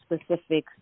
specific